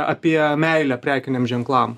apie meilę prekiniam ženklam